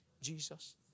Jesus